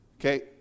Okay